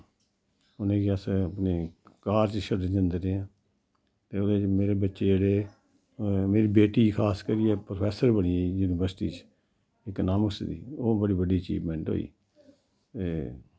उनेंगी अस अपने कालज शड्डन जंदे रेह् आं ते ओह्दे च मेरे बच्चे जेह्ड़े मेरी बेटी खास करियै प्रफैसर बनी गेई युनिवर्सिटी बिच इकनामिक्स दी ओह् बड़ी बड्डी अचीवमैंट होई ते